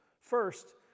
First